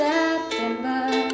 September